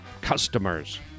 customers